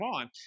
on